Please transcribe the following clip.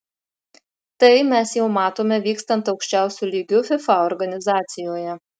tai mes jau matome vykstant aukščiausiu lygiu fifa organizacijoje